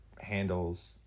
handles